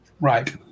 Right